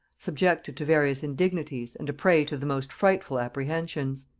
subjected to various indignities, and a prey to the most frightful apprehensions.